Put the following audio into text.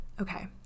Okay